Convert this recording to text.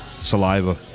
saliva